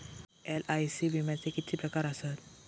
LIC विम्याचे किती प्रकार आसत?